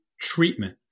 treatment